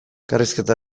elkarrizketa